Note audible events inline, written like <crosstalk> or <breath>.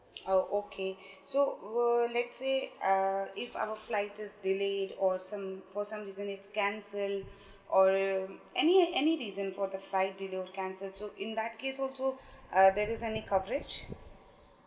oh okay <breath> so will let's say uh if our flight is delayed or some for some reason is cancelled or any any reason for the flight delayed or cancelled so in that case also uh there is any coverage